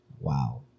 Wow